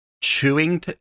chewing